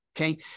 Okay